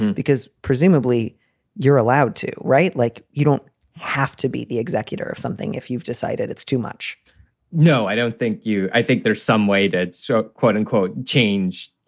because presumably you're allowed to write like you don't have to be the executor of something if you've decided it's too much no, i don't think you i think there's some way to. so quote unquote, change.